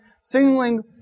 signaling